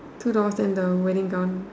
two doors and the wedding gown